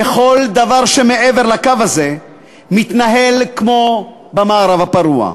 וכל דבר שמעבר לקו הזה מתנהל כמו במערב הפרוע.